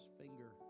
finger